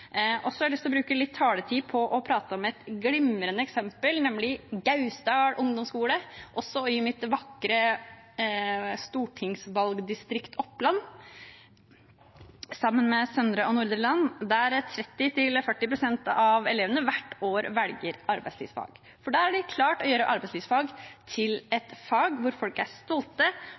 Så har jeg lyst til å bruke litt taletid på å prate om et glimrende eksempel, nemlig Gausdal ungdomsskole, også i mitt vakre stortingsvalgdistrikt Oppland. Som i Søndre og Nordre Land er det der 30–40 pst. av elevene som hvert år velger arbeidslivsfag. Der har de klart å gjøre arbeidslivsfag til et fag hvor folk er stolte